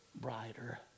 brighter